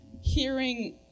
hearing